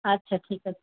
আচ্ছা ঠিক আছে